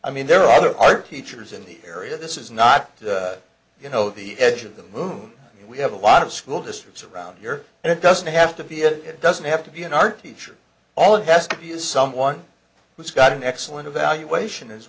i mean there are there are teachers in the area this is not you know the edge of the moon we have a lot of school districts around here and it doesn't have to be it doesn't have to be an art teacher all it has to be is someone who's got an excellent evaluation is